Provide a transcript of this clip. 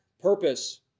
purpose